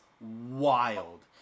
wild